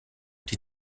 die